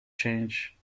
change